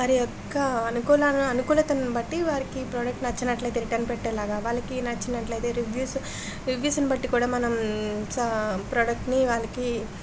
వారి యొక్క అనుకూల అనుకూలతను బట్టి వారికి ప్రోడక్ట్ నచ్చినట్లయితే రిటర్న్ పెట్టేలాగా వాళ్ళకి నచ్చినట్లయితే రివ్యూస్ రివ్యూస్ని బట్టి కూడా మనం సా ప్రోడక్ట్ని వాళ్ళకి